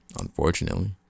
Unfortunately